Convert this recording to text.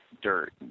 dirt